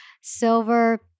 silver